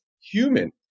human